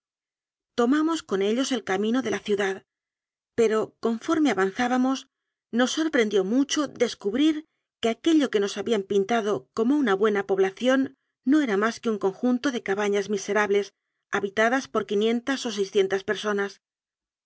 tomamos con ellos el ca mino de la ciudad pero conforme avanzábamos nos sorprendió mucho descubrir que aquello que nos habían pintado como una buena población no era más que un conjunto de cabañas miserables habitadas por quinientas o seiscientas personas